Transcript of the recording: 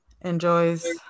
enjoys